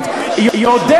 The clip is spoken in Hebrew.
זה קשור?